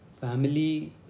Family